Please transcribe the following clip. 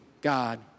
God